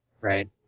Right